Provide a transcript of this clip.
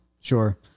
sure